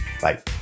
Bye